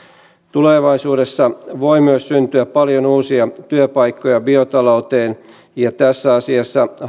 tulevaisuudessa voi myös syntyä paljon uusia työpaikkoja biotalouteen ja tässä asiassa